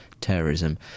terrorism